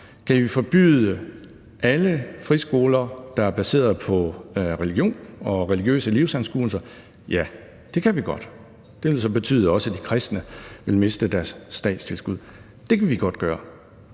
Kan vi forbyde alle friskoler, der er baseret på religion og religiøse livsanskuelser? Ja, det kan vi godt. Det ville så betyde, at også de kristne skoler ville miste deres statstilskud. Det kan vi godt gøre.